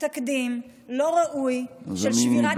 תקדים לא ראוי של שבירת הסכמים ג'נטלמניים.